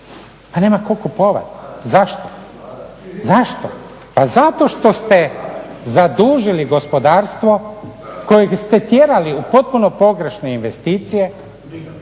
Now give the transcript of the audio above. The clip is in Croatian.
Pa nema tko kupovati. Zašto? Pa zato što ste zadužili gospodarstvo kojeg ste tjerali u potpuno pogrešne investicije,